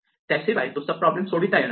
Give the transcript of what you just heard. त्याशिवाय तो सब प्रॉब्लेम सोडवता येणार नाही